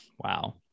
Wow